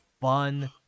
fun